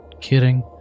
kidding